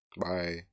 bye